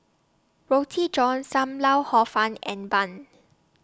Roti John SAM Lau Hor Fun and Bun